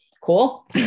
Cool